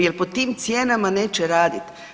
Jel po tim cijenama neće radit.